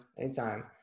Anytime